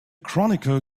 chronicle